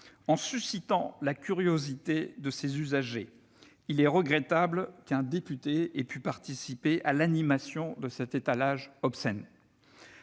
en suscitant la curiosité de ses usagers. Il est regrettable qu'un député ait pu participer à l'animation de cet étalage obscène.